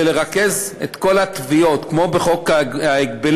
לרכז את כל התביעות כמו בחוק ההגבלים,